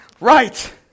right